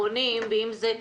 אם זה הצהרונים,